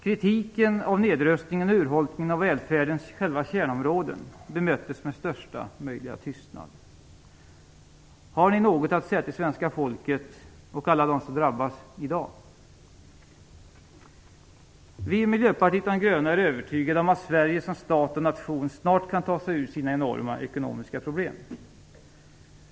Kritiken mot nedrustningen och urholkningen av välfärdens själva kärnområden bemöttes med största möjliga tystnad. Har socialdemokraterna något att säga till svenska folket och alla dem som drabbas i dag? Vi i Miljöpartiet de gröna är övertygade om att Sverige som stat och nation snart kan ta sig ur sina enorma ekonomiska problem.